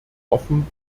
offen